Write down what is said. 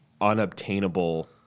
unobtainable